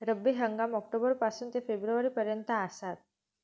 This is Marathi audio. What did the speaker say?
रब्बी हंगाम ऑक्टोबर पासून ते फेब्रुवारी पर्यंत आसात